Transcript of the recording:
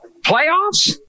playoffs